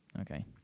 Okay